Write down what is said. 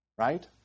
Right